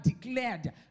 declared